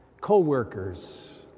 co-workers